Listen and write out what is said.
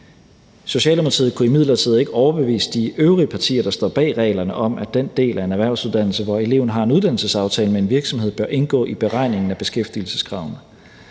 Socialdemokratiet kunne imidlertid ikke overbevise de øvrige partier, der står bag reglerne, om, at den del af en erhvervsuddannelse, hvor eleven har en uddannelsesaftale med en virksomhed, bør indgå i beregningen af beskæftigelseskravene.